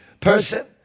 person